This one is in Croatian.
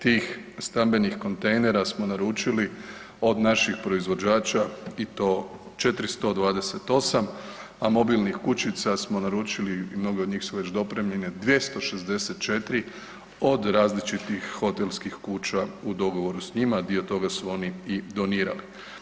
Tih stambenih kontejnera smo naručili od naših proizvođača i to 428, a mobilnih kućica smo naručili i mnoge od njih su već dopremljene 264 od različitih hotelskih kuća u dogovoru s njima, dio toga su oni i donirali.